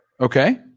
Okay